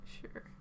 Sure